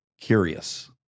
curious